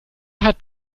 hat